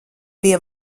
pie